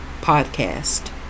podcast